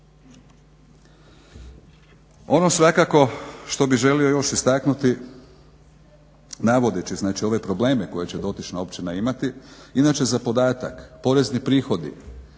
Ono svakako što bih želio istaknuti navodeći znači ove probleme koje će dotična općina imati, inače za podatak porezni prihodi